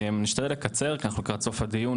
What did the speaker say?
אשתדל לקצר כי אנחנו לקראת סוף הדיון.